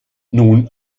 nun